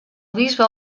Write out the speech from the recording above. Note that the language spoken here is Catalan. bisbe